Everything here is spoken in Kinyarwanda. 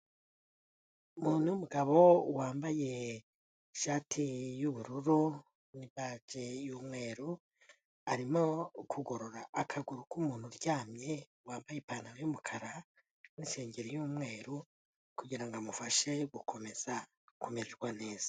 Umuntu w'umugabo wambaye ishati y'ubururu n'ibaji y'umweru, arimo kugorora akaguru k'umuntu uryamye wambaye ipantaro y'umukara n'isengeri y'umweru kugirango amufashe gukomeza kumererwa neza.